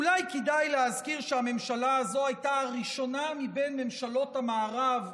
אולי כדאי להזכיר שהממשלה הזו הייתה הראשונה מבין ממשלות המערב,